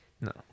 No